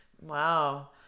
Wow